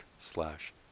slash